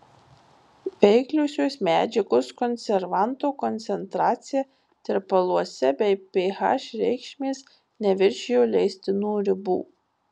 veikliosios medžiagos konservanto koncentracija tirpaluose bei ph reikšmės neviršijo leistinų ribų